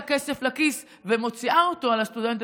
כסף לכיס ומוציאה אותו על הסטודנט,